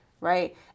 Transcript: right